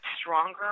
stronger